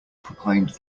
proclaimed